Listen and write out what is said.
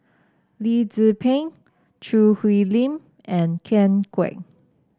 Lee Tzu Pheng Choo Hwee Lim and Ken Kwek